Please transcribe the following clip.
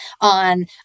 on